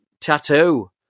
tattoo